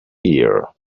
here